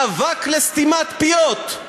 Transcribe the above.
מאבק לסתימת פיות.